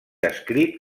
escrit